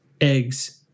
eggs